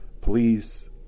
Please